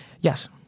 Yes